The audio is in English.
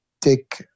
take